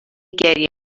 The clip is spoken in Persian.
گریه